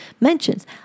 mentions